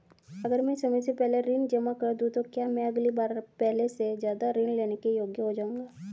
अगर मैं समय से पहले ऋण जमा कर दूं तो क्या मैं अगली बार पहले से ज़्यादा ऋण लेने के योग्य हो जाऊँगा?